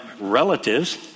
relatives